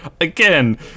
again